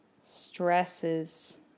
stresses